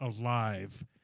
alive